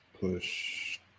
push